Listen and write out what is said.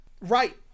right